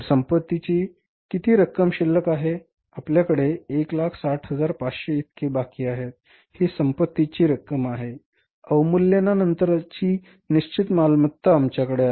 तर संपत्तीची किती रक्कम शिल्लक आहे आपल्याकडे 160500 इतके बाकी आहेत ही संपत्तीची रक्कम आहे अवमूल्यनानंतरची निश्चित मालमत्ता आमच्याकडे आहे